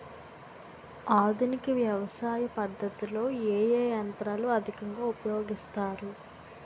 ఆధునిక వ్యవసయ పద్ధతిలో ఏ ఏ యంత్రాలు అధికంగా ఉపయోగిస్తారు?